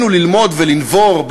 אתה יכול לתת לי זמן בלתי מוגבל.